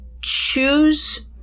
choose